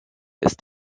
ist